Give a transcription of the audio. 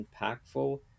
impactful